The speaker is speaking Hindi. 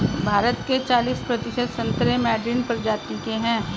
भारत के चालिस प्रतिशत संतरे मैडरीन प्रजाति के हैं